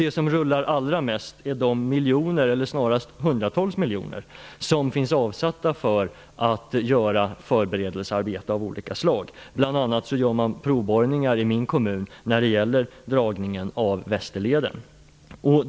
Det som rullar allra mest är de hundratals miljoner som är avsatta för förberedelsearbete av olika slag. I min kommun gör man bl.a. provborrningar för dragningen av Västerleden.